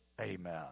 amen